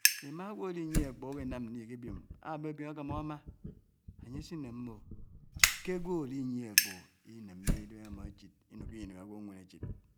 ̣ima! Ágwò álĩ nĩèhè ákògò ábi námfiè ĩkĩ biòm? Ábiò biòm ákè mò ámá? Ányè sin nè mbò, kè ágwò áli nièhè ákpògò inèmmè idèm ámò échid inuku inèm ágwò nwèn échid